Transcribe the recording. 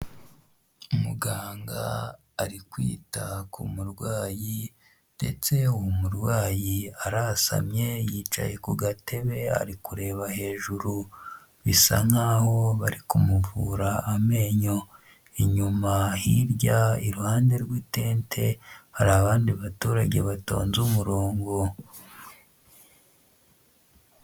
Muganga ari kwita ku murwayi ndetse uwo murwayi arasamye yicaye ku gatebe ari kureba hejuru, bisa nkaho bari kumuvura amenyo. Inyuma hirya iruhande rw'itente hari abandi baturage batonze umurongo.